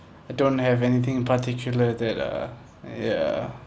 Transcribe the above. I don't have anything particular that uh ya